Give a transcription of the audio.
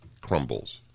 crumbles